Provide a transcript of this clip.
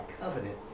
covenant